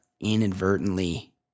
inadvertently